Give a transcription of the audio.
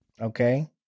Okay